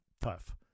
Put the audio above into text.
tough